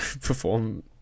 perform